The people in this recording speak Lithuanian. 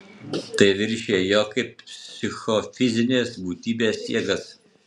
tai viršija jo kaip psichofizinės būtybės jėgas